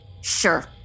Sure